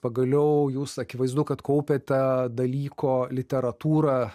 pagaliau jūs akivaizdu kad kaupiate dalyko literatūrą